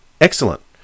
excellent